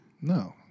No